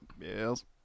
yes